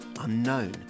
unknown